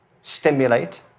stimulate